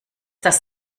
das